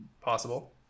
possible